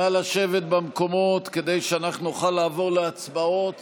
נא לשבת במקומות כדי שאנחנו נוכל לעבור להצבעות